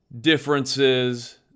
differences